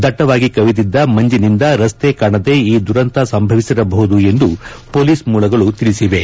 ದಟ್ಟವಾಗಿ ಕವಿದಿದ್ದ ಮಂಜಿನಿಂದ ರಸ್ತೆ ಕಾಣದೆ ಈ ದುರಂತ ಸಂಭವಿಸಿರಬಹುದು ಎಂದು ಪೊಲೀಸ್ ಮೂಲಗಳು ತಿಳಿಸಿವೆ